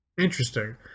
Interesting